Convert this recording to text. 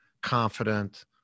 confident